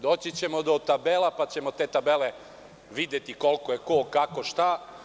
Doći ćemo do tabela, pa ćemo te tabele videti, koliko je ko, kako šta.